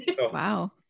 wow